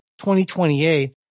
2028